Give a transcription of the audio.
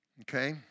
okay